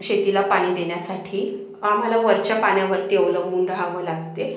शेतीला पाणी देण्यासाठी आम्हाला वरच्या पाण्यावरती अवलंबून रहावं लागते